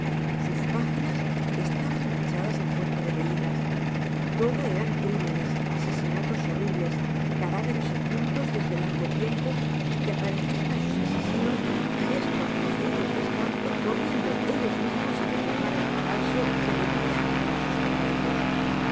sus páginas estaban manchadas á fuerza de leidas todo eran crimenes asesinatos horribles cadáveres ocultos desde largo tiempo y que aparecian á sus asesinos y estos poseidos de espanto corriendo ellos mismos á reclamar el cadalso que debia acabar sus tormentos